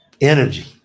Energy